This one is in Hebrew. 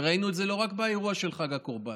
וראינו את זה לא רק באירוע של חג הקורבן,